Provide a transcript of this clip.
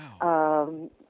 Wow